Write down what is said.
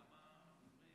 שלוש דקות.